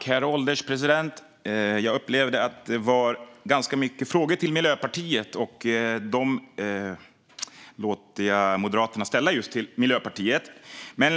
Herr ålderspresident! Jag upplevde att det var ganska många frågor till Miljöpartiet. Dem låter jag Moderaterna ställa just till Miljöpartiet.